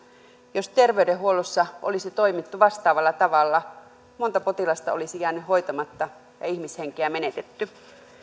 jos terveydenhuollossa olisi toimittu vastaavalla tavalla monta potilasta olisi jäänyt hoitamatta ja ihmishenkiä menetetty